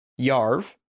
Yarv